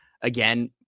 again